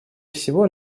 всего